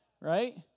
right